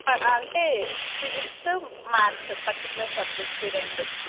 అంటే physics maths particular subjects ఈ రెండూ